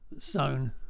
zone